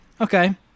Okay